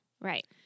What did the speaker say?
Right